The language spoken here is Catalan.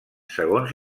segons